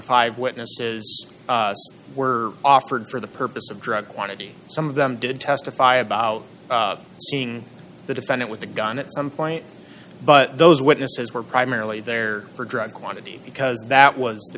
five witnesses were offered for the purpose of drug quantity some of them did testify about seeing the defendant with a gun at some point but those witnesses were primarily there for drug quantity because that was the